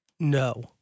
No